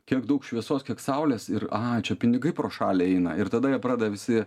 kiek daug šviesos kiek saulės ir a čia pinigai pro šalį eina ir tada jie pradeda visi